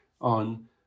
on